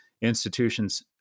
institutions